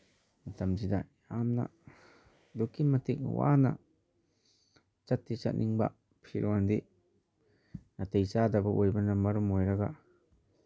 ꯃꯇꯝꯁꯤꯗ ꯌꯥꯝꯅ ꯑꯗꯨꯛꯀꯤ ꯃꯇꯤꯛ ꯋꯥꯅ ꯆꯠꯇꯤ ꯆꯠꯅꯤꯡꯕ ꯐꯤꯔꯣꯟꯗꯤ ꯅꯥꯇꯩ ꯆꯥꯗꯕ ꯑꯣꯏꯕꯅ ꯃꯔꯝ ꯑꯣꯏꯔꯒ